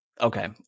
Okay